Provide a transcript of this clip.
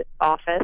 office